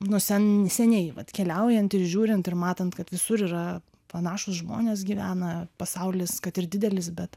nu sen seniai vat keliaujant ir žiūrint ir matant kad visur yra panašūs žmonės gyvena pasaulis kad ir didelis bet